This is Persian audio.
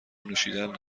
نوشیدن